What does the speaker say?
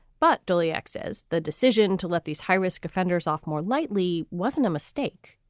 but doley yeah says the decision to let these high risk offenders off more lightly wasn't a mistake.